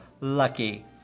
lucky